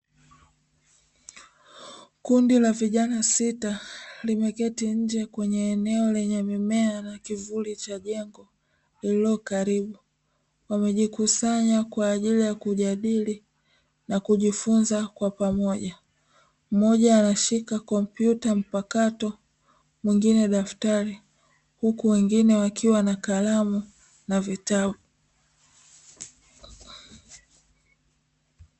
Kundi la vijana sita limeketi nje kwenye eneo lenye mimea na kivuli cha jengo lililo karibu, wamejikusanya kwa ajili ya kujadili na kujifunza kwa pamoja, mmoja anashika kompyuta mpakato mwingine daftari, huku wengine wakiwa na kalamu na vitabu.